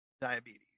diabetes